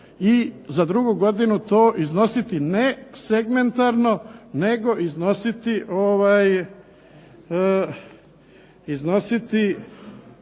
u drugu godinu to iznositi nesegmentarno nego iznositi